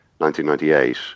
1998